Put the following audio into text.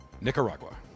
Nicaragua